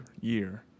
year